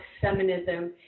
feminism